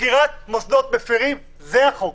סגירת מוסדות מפירים, זה החוק.